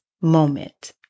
moment